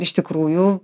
iš tikrųjų